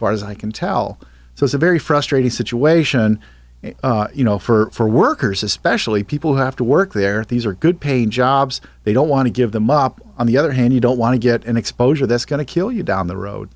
far as i can tell so it's a very frustrating situation you know for workers especially people who have to work there these are good paying jobs they don't want to give them up on the other hand you don't want to get an exposure that's going to kill you down the road